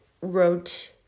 wrote